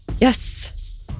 Yes